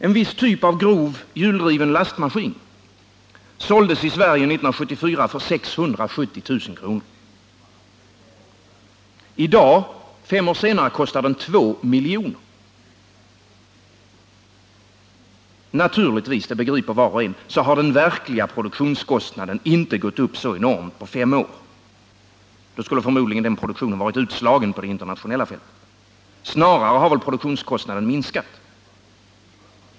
En viss typ av grov, hjuldriver lastmaskin såldes i Sverige 1974 för 670 000 kr. I dag, fem år senare, kostar den 2 milj.kr. Naturligtvis — det begriper var och en — har den verkliga produktionskostnaden inte gått upp så enormt på fem år. Då skulle förmodligen den produktionen varit utslagen på det internationella fältet. Produktionskostnaden har snarare minskat.